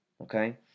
Okay